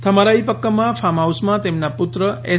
થમારાઇપક્કમમાં ફાર્મહાઉસમાં તેમના પુત્ર એસ